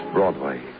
Broadway